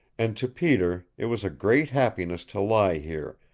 and to peter it was a great happiness to lie here,